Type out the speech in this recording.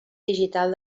digital